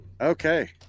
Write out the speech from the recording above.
Okay